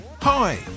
Hi